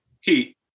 Heat